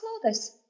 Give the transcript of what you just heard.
clothes